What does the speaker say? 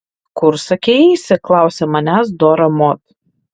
kur sakei eisi klausia manęs dora mod